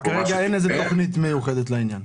אבל כרגע אין איזה תוכנית מיוחדת לעניין.